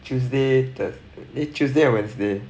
tuesday the eh tuesday and wednesday